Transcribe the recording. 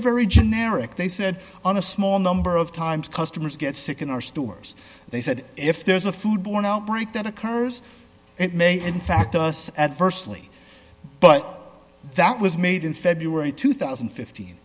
very generic they said on a small number of times customers get sick in our stores they said if there's a food borne outbreak that a car's it may in fact us adversely but that was made in february two thousand and fifteen